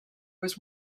was